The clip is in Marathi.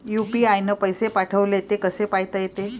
यू.पी.आय न पैसे पाठवले, ते कसे पायता येते?